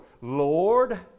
Lord